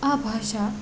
આ ભાષા